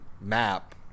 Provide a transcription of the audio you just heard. map